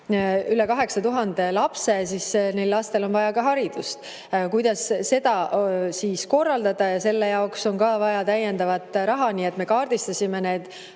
üle 8000 on lapsed, neil lastel on vaja ka haridust. Kuidas seda korraldada? Ja selle jaoks on vaja täiendavat raha. Nii et me kaardistasime need